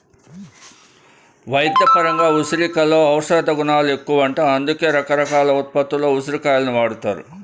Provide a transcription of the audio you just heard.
వైద్యపరంగా ఉసిరికలో ఔషధగుణాలెక్కువంట, అందుకే రకరకాల ఉత్పత్తుల్లో ఉసిరి కాయలను వాడతారు